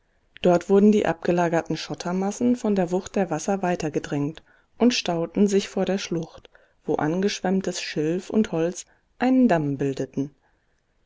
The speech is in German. dort wurden die abgelagerten schottermassen von der wucht der wasser weitergedrängt und stauten sich vor der schlucht wo angeschwemmtes schilf und holz einen damm bildeten